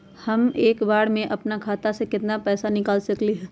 हम एक बार में अपना खाता से केतना पैसा निकाल सकली ह?